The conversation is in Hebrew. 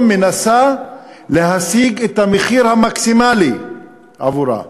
היא מנסה להשיג את המחיר המקסימלי עבורה.